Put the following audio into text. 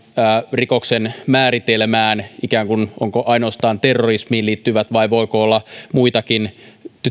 rikoksen määritelmään ikään kuin onko siinä ainoastaan terrorismiin liittyvät vai voiko siinä olla muitakin